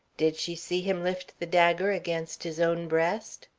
did she see him lift the dagger against his own breast?